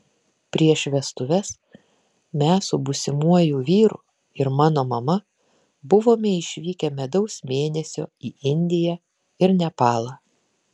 prieš vestuves mes su būsimuoju vyru ir mano mama buvome išvykę medaus mėnesio į indiją ir nepalą